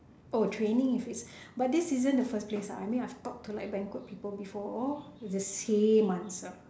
oh training if is but this isn't the first place lah I mean I have talked to like banquet people before the same answer